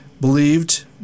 Believed